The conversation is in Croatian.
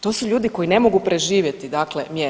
To su ljudi koji ne mogu preživjeti dakle mjesec.